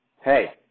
Hey